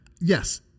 Yes